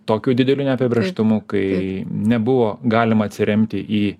tokiu dideliu neapibrėžtumu kai nebuvo galima atsiremti į